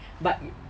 but